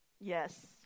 yes